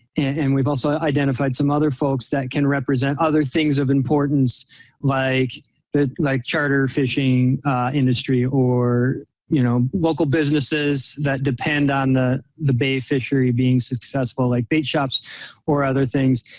and we've also identified some other folks that can represent other things of importance like like charter fishing industry or you know local businesses that depend on the the bay fishery being successful like bait shops or other things.